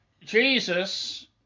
Jesus